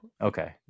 Okay